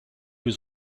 his